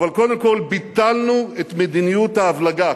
אבל קודם כול ביטלנו את מדיניות ההבלגה,